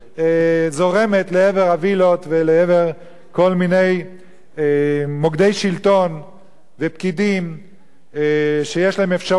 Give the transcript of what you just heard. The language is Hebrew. זורמת לעבר הווילות ולעבר כל מיני מוקדי שלטון ופקידים שיש להם אפשרות